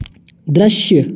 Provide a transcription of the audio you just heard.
दृश्य